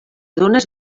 dónes